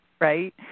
right